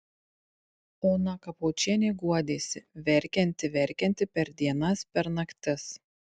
ona kapočienė guodėsi verkianti verkianti per dienas per naktis